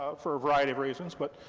ah for a variety of reasons, but